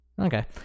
okay